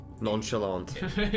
Nonchalant